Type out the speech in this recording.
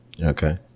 Okay